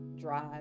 drive